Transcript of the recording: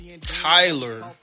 Tyler